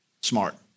smart